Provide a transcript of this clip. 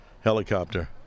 helicopter